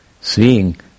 seeing